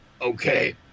okay